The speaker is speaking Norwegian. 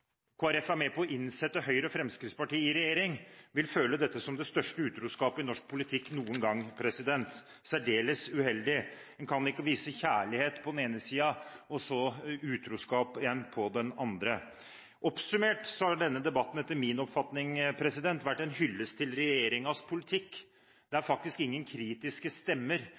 er med på å innsette Høyre og Fremskrittspartiet i regjering, vil føle dette som det største utroskapet i norsk politikk noen gang. Det er særdeles uheldig. En kan ikke vise kjærlighet på den ene siden og så utroskap igjen på den andre. Oppsummert har denne debatten etter min oppfatning vært en hyllest til regjeringens politikk. Det er faktisk ingen kritiske stemmer